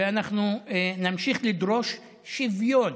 ואנחנו נמשיך לדרוש שוויון